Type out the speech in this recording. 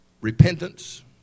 Repentance